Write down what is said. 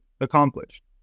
accomplished